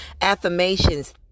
affirmations